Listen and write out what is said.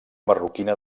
marroquina